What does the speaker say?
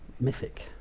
mythic